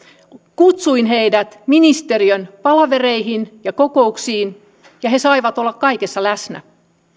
kutsuin heidät ministeriön palavereihin ja kokouksiin ja he saivat olla kaikessa läsnä